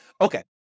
Okay